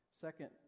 Second